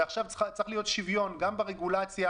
ועכשיו צריך להיות שוויון גם ברגולציה.